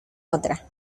otra